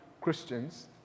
Christians